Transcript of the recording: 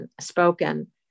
spoken